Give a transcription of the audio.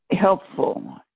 helpful